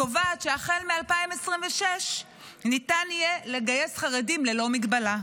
הקובעת שהחל מ-2026 ניתן יהיה לגייס חרדים ללא מגבלה.